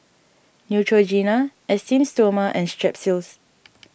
Neutrogena Esteem Stoma and Strepsils